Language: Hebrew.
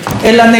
וזה לא יהיה.